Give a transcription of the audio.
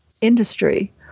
industry